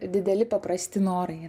dideli paprasti norai